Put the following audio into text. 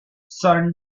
son